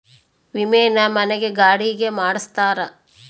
ವಿಮೆನ ಮನೆ ಗೆ ಗಾಡಿ ಗೆ ಮಾಡ್ಸ್ತಾರ